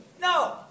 No